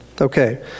Okay